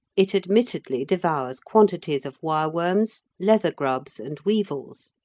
it admittedly devours quantities of wireworms, leathergrubs, and weevils,